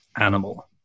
animal